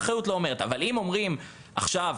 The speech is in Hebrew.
אבל אם אומרים עכשיו,